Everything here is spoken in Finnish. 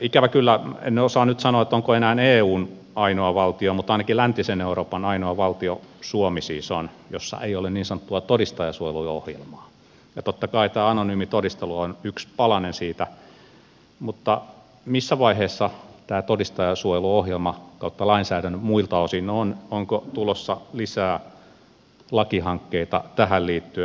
ikävä kyllä en osaa nyt sanoa onko suomi enää eun ainoa valtio mutta se on ainakin läntisen euroopan ainoa valtio jossa ei ole niin sanottua todistajansuojeluohjelmaa ja totta kai tämä anonyymi todistelu on yksi palanen siitä mutta missä vaiheessa tämä todistajansuojeluohjelma tai lainsäädäntö muilta osin on onko tulossa lisää lakihankkeita tähän liittyen